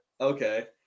Okay